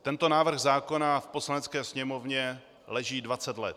Tento návrh zákona v Poslanecké sněmovně leží dvacet let.